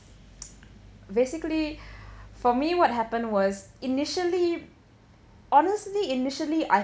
basically for me what happened was initially honestly initially I